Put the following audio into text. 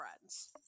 friends